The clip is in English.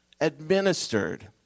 administered